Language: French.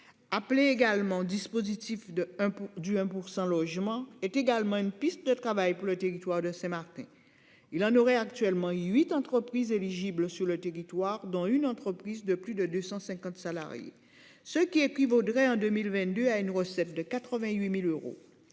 Appelé également dispositif de hein du 1% logement est également une piste de travail pour le territoire de Saint-Martin. Il en aurait actuellement 8 entreprises éligibles sur le territoire dans une entreprise de plus de 250 salariés, ce qui équivaudrait hein 2022 à une recette de 88.000 euros.